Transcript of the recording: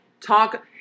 talk